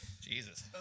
Jesus